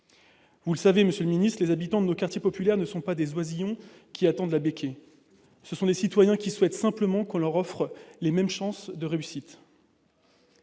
Vous le savez, les habitants de nos quartiers populaires ne sont pas des oisillons qui attendent la béquée. Ce sont des citoyens qui souhaitent simplement qu'on leur offre les mêmes chances de réussite.